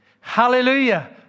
Hallelujah